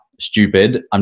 stupid